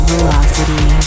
Velocity